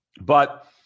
But-